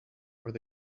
where